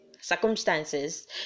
circumstances